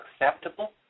acceptable